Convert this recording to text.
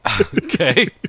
Okay